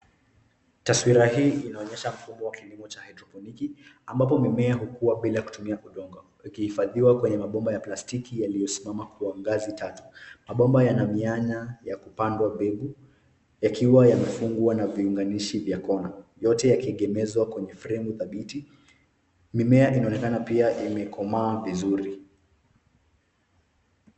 Taswira hii inaonyesha mfumo wa kilimo cha haidroponiki ambapo mimea hukua bila kutumia udongo, yakihifadhiwa kwenye mabomba ya plastiki yaliyosimamama kwa ngazi tatu. Mabomba yana mianya ya kupandwa mbegu yakiwa yamefungwa na viunganishi vya kona, yote yakiegemezwa kwenye fremu dhabiti. Mimea inaonekana pia imekomaa vizuri.